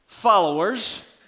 Followers